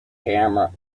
camera